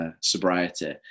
Sobriety